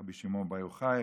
רבי שמעון בר יוחאי,